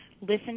Listen